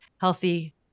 healthy